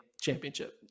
championship